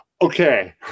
Okay